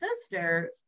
sister